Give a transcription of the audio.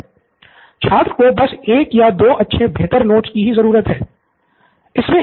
छात्र को बस एक या दो अच्छे बेहतर नोट्स कि ही ज़रूरत है